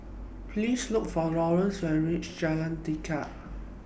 Please Look For Lawerence when YOU REACH Jalan Tekad